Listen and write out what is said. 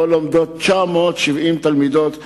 שבו לומדות 970 ילדות,